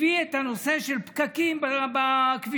הביא את הנושא של פקקים בכבישים,